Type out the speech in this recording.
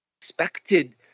expected